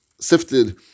Sifted